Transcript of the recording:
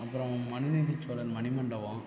அப்புறம் மனுநீதி சோழன் மணிமண்டபம்